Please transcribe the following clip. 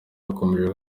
hakomeje